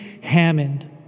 Hammond